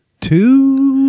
two